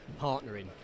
partnering